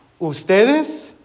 ustedes